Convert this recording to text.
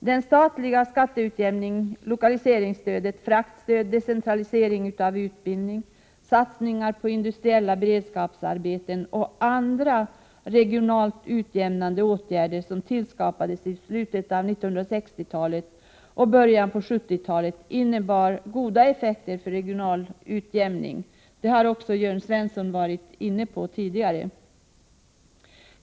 Den statliga skatteutjämningen, lokaliseringsstödet, fraktstödet, decentraliseringen av utbildning, satsningarna på industriella beredskapsarbeten och andra regionalt utjämnande åtgärder som tillskapades i slutet av 1960-talet och i början av 1970-talet innebar goda effekter för regional utjämning. Detta har Jörn Svensson tidigare tagit upp.